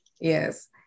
yes